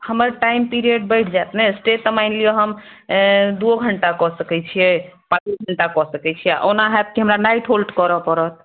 हमर time period बढ़ि जायत ने से तऽ मानि लियौ हम एहि दू घंटा कऽ सकै छियै पाॅंचो घंटा कऽ सकै छियै आओर ओना होयत कि हमरा नाईट होल्ट करय परत